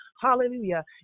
Hallelujah